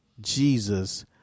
Jesus